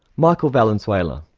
michael valenzuela.